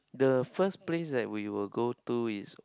the first place that we will go to is